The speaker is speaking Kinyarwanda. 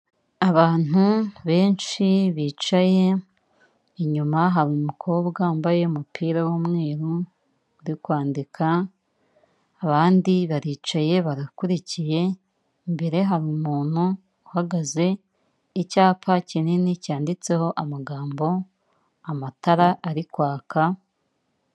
Abantu benshi bicaye, inyuma haba umukobwa wambaye umupira w'umweru uri kwandika, abandi baricaye barakurikiye, imbere hari umuntu uhagaze, icyapa kinini cyanditseho amagambo, amatara ari kwaka.